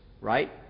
right